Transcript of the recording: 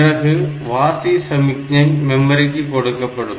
பிறகு வாசி சமிக்ஞை மெமரிக்கு கொடுக்கப்படும்